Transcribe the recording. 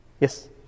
Yes